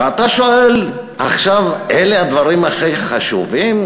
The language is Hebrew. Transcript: ואתה שואל: עכשיו אלה הדברים הכי חשובים?